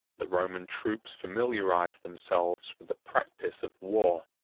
the roman troops familiarized themselves with the practice of war